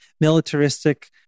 militaristic